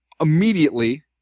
immediately